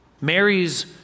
Mary's